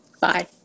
Bye